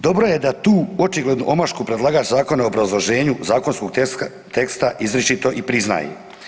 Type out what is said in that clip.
Dobro je da tu očiglednu omašku predlagač zakona u obrazloženju zakonskog teksta izričito i priznaje.